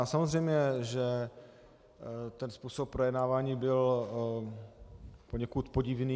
Samozřejmě ten způsob projednávání byl poněkud podivný.